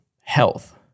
health